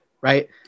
right